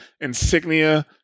insignia